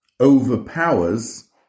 overpowers